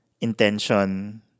intention